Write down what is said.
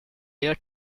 air